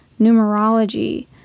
numerology